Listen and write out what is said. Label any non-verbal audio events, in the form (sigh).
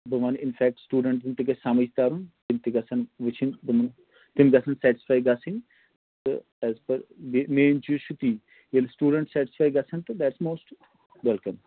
بہٕ وَنہٕ in fact سٹوٗڈَنٛٹَن تہِ گژھِ سَمجھ تَرُن تِم تہِ گژھَن وٕچھِنۍ (unintelligible) تِم گژھن سٮ۪ٹٕسفَے گَژھٕنۍ تہٕ ایز پٔر بیٚیہِ مین چیٖز چھُ تی ییٚلہِ سٕٹوٗڈَنٛٹ سٮ۪ٹٕسفَے گژھن تہٕ دیٹ اِز موسٹ وٮ۪لکَم